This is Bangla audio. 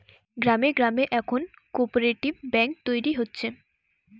গ্রামে গ্রামে এখন কোপরেটিভ বেঙ্ক তৈরী হচ্ছে